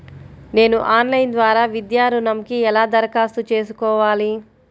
నేను ఆన్లైన్ ద్వారా విద్యా ఋణంకి ఎలా దరఖాస్తు చేసుకోవాలి?